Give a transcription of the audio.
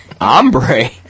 Ombre